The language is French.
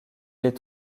est